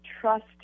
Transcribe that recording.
trust